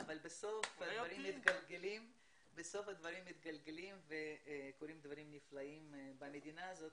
אבל בסוף הדברים מתגלגלים וקורים דברים נפלאים במדינה הזאת.